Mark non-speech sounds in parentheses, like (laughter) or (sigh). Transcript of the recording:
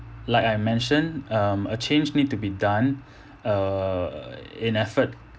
like I mentioned um a change need to be done (breath) err in effort